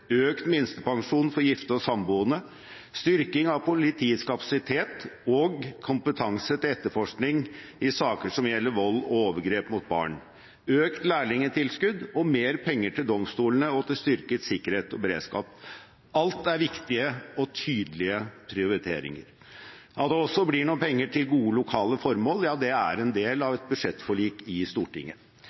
økt minstepensjon for gifte og samboende, styrking av politiets kapasitet og kompetanse til etterforskning i saker som gjelder vold og overgrep mot barn, økt lærlingtilskudd og mer penger til domstolene og til styrket sikkerhet og beredskap – alt er viktige og tydelige prioriteringer. At det også blir noen penger til gode lokale formål, er en del av et budsjettforlik i Stortinget.